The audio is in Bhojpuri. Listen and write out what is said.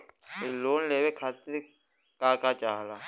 इ लोन के लेवे खातीर के का का चाहा ला?